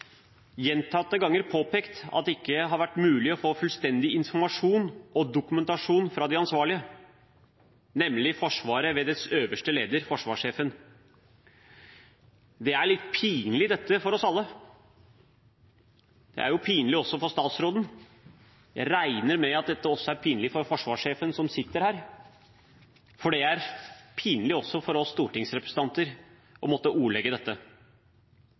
gjentatte ganger påpekt at det ikke har vært mulig å få fullstendig informasjon og dokumentasjon fra de ansvarlige, nemlig Forsvaret ved dets øverste leder, forsvarssjefen. Det er litt pinlig for oss alle. Det er jo også pinlig for statsråden. Jeg regner med at dette også er pinlig for forsvarssjefen, som sitter her, for det er pinlig også for oss stortingsrepresentanter å måtte sette ord på dette.